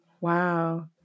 Wow